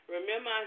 Remember